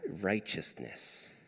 righteousness